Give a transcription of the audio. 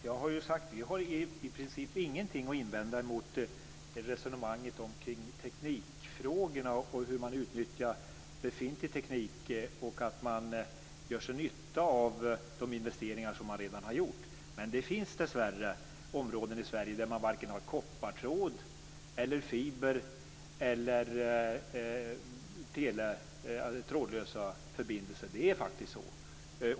Fru talman! Vi har i princip ingenting att invända mot resonemanget kring teknikfrågorna och hur man utnyttjar befintlig teknik och att man drar nytta av de investeringar som man redan har gjort. Men det finns dessvärre områden i Sverige där man varken har koppartråd, fiber eller trådlösa förbindelser. Det är faktiskt så.